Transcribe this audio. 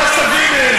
ואז תבין,